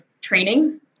training